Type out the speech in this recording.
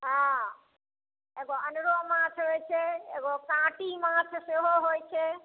हँ एगो अन्हरो माछ होइ छै एगो काँटी माछ सेहो होइ छै